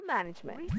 Management